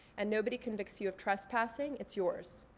and nobody convicts you of trespassing, it's yours.